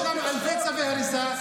יש לנו אלפי צווי הריסה.